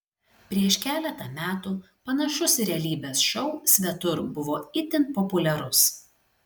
prieš keletą metų panašus realybės šou svetur buvo itin populiarus